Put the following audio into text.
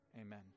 amen